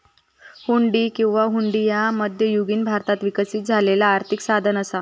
हुंडी किंवा हुंडी ह्या मध्ययुगीन भारतात विकसित झालेला आर्थिक साधन असा